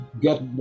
get